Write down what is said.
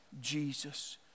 Jesus